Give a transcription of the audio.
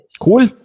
Cool